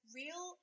real